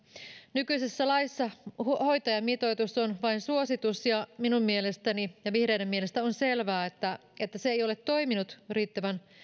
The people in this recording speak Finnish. nykyisessä laissa hoitajamitoitus on vain suositus ja minun mielestäni ja vihreiden mielestä on selvää että että se ei ole toiminut riittävän